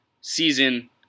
season